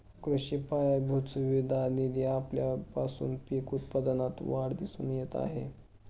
कृषी पायाभूत सुविधा निधी आल्यापासून पीक उत्पादनात वाढ दिसून येत आहे